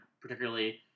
particularly